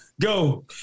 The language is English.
go